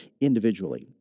individually